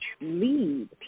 lead